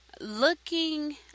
looking